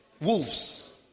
wolves